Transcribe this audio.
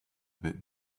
bit